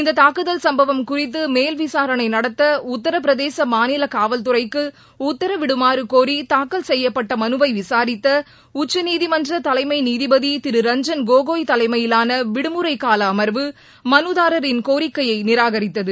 இந்த தாக்குதல் சம்பவம் குறித்து மேல் விசாரணை நடத்த உத்தரப் பிரதேச மாநில காவல்துறைக்கு உத்தரவிடுமாறகோரி தாக்கல் செய்யப்பட்ட மனுவை விசாரித்த உச்சநீதிமன்ற தலைமை நீதிபதி நீதிரு நீரஞ்சன் கோகோய் தலைமையிலான விடுமுறைகால அமர்வு மனுதாரரின் கோரிக்கையை நிராகரித்தது